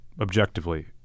objectively